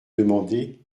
demandez